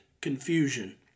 confusion